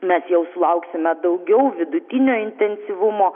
mes jau sulauksime daugiau vidutinio intensyvumo